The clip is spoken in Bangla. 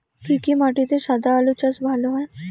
কি কি মাটিতে সাদা আলু চাষ ভালো হয়?